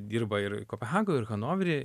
dirba ir kopenhagoj ir hanovery